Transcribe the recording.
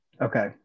Okay